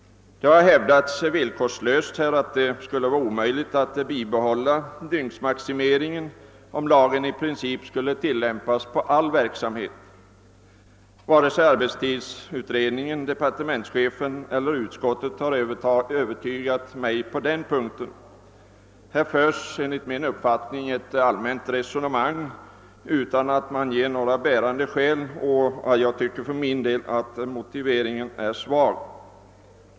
Det har hävdats villkorslöst, att det är omöjligt att bibehålla dygnsmaximeringen om lagen i princip skall tillämpas på all verksamhet. Varken arbetstidsutredningen, departementschefen eller utskottet har övertygat mig på denna punkt. Det förs endast ett allmänt resonemang, och några exempel som bärande skäl anförs inte. Jag tycker att motiveringen är svag.